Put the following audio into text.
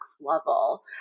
level